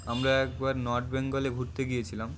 আমরা একবার নর্থ বেঙ্গলে ঘুরতে গিয়েছিলাম